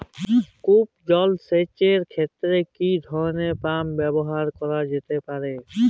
কূপ জলসেচ এর ক্ষেত্রে কি ধরনের পাম্প ব্যবহার করা যেতে পারে?